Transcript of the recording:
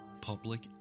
Public